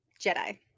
Jedi